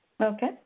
Okay